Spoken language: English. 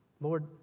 Lord